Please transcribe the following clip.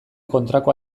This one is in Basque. kontrako